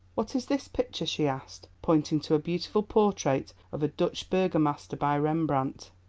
what is this picture? she asked, pointing to a beautiful portrait of a dutch burgomaster by rembrandt.